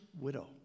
widow